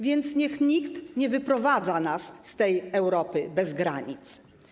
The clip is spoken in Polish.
Więc niech nikt nie wyprowadza nas z tej Europy bez granic.